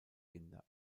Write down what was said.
kinder